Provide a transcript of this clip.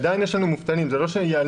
עדיין יש לנו מובטלים והם לא ייעלמו,